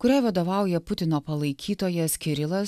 kuriai vadovauja putino palaikytojas kirilas